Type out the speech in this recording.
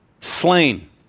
slain